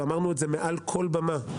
ואמרנו את זה מעל כל במה,